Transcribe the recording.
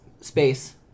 space